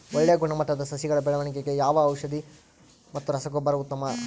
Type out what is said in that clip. ಒಳ್ಳೆ ಗುಣಮಟ್ಟದ ಸಸಿಗಳ ಬೆಳವಣೆಗೆಗೆ ಯಾವ ಔಷಧಿ ಮತ್ತು ರಸಗೊಬ್ಬರ ಉತ್ತಮ?